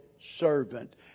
servant